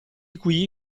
qui